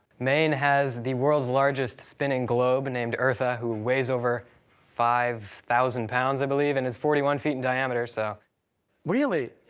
maine has the world's largest spinning globe named eartha, who weighs over five thousand pounds, i believe, and is forty one feet in diameter, so. costa really?